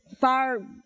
fire